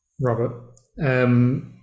Robert